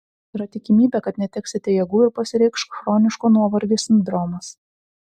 yra tikimybė kad neteksite jėgų ir pasireikš chroniško nuovargio sindromas